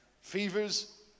fevers